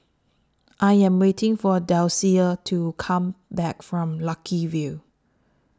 I Am waiting For Dulcie to Come Back from Lucky View